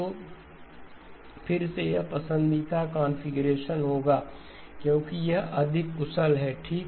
तो फिर से यह पसंदीदा कॉन्फ़िगरेशन होगा क्योंकि यह अधिक कुशल है ठीक